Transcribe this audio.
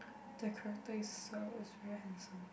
the character is so is very handsome